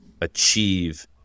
achieve